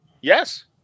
Yes